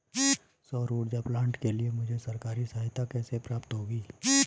सौर ऊर्जा प्लांट के लिए मुझे सरकारी सहायता कैसे प्राप्त होगी?